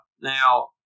Now